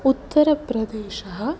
उत्तरप्रदेशः